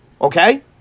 okay